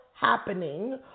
happening